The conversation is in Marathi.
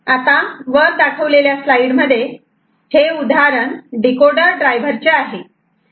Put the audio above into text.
हे उदाहरण डीकोडर ड्रायव्हर चे आहे